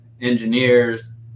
engineers